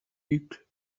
uccle